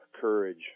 courage